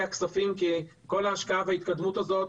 כספים כי כל ההשקעה וההתקדמות הזאת,